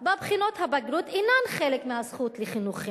שבה בחינות הבגרות אינן חלק מהזכות לחינוך חינם.